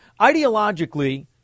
Ideologically